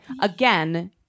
again